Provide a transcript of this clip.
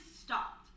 stopped